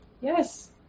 Yes